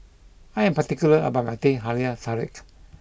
I am particular about my Teh Halia Tarik